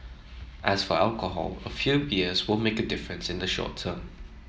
as for alcohol a few beers won't make a difference in the short term